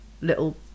little